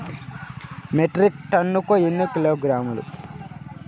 Metric టన్నుకు ఎన్ని కిలోగ్రాములు?